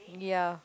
ya